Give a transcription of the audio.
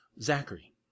zachary